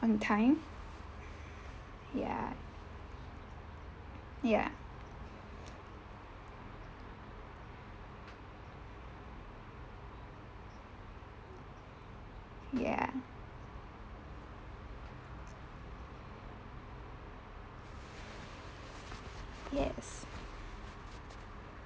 on time ya ya ya yes